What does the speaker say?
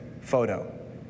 photo